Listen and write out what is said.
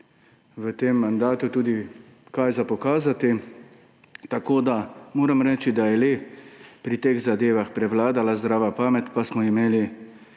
V tem mandatu imamo tudi kaj pokazati, tako da moram reči, da je pri teh zadevah le prevladala zdrava pamet pa smo imeli